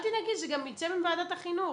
זה גם ייצא מוועדת החינוך.